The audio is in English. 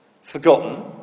forgotten